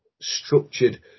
structured